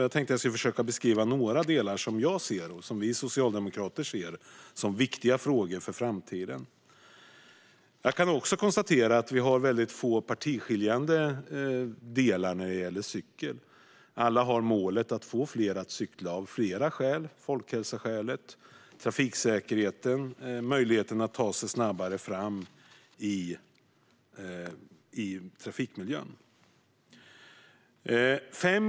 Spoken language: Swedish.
Jag tänkte att jag skulle beskriva några delar som jag och vi socialdemokrater ser som viktiga frågor för framtiden. Jag kan också konstatera att det finns få partiskiljande frågor när det gäller cykling. Alla har målet att få fler att cykla av flera skäl: folkhälsoskäl, trafiksäkerheten och möjligheten att ta sig fram snabbare i trafikmiljön.